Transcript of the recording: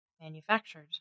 manufactured